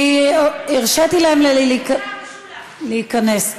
הרשיתי להם להיכנס.